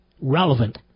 relevant